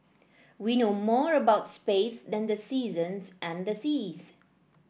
we know more about space than the seasons and the seas